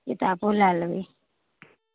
किताबो लै लेबै